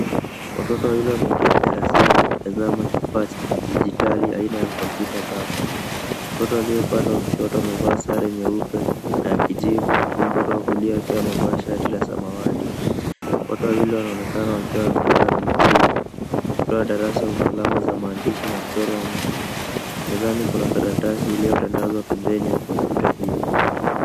Watoto wawili wameketi darasani wakitazama kifaa cha kidijitali aina ya kompyuta bapa. Mtoto aliye upande wa kushoto amevaa sare nyeupe na ya kijivu huku mtoto wa kulia akiwa amevaa shati la samawati. Wote wawili wanaonekana wakiwa na furaha na makini. Ukuta wa darasa una alama za maandishi na mchoro wa mti. Mezani kuna karatasi iliyotandazwa pembeni ya kompyuta hiyo.